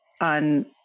on